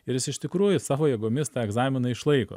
ir jis iš tikrųjų savo jėgomis tą egzaminą išlaiko